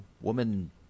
woman